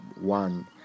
one